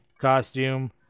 costume